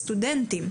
הסטודנטים.